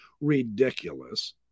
ridiculous